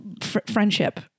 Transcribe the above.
friendship